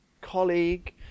colleague